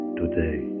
today